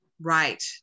Right